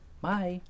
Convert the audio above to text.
bye